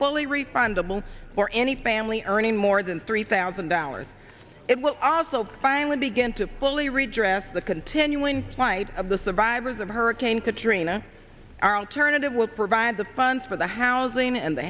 responsible for any family earning more than three thousand dollars it will also finally begin to fully redress the continuing plight of the survivors of hurricane katrina our alternative would provide the funds for the housing and the